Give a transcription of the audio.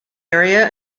area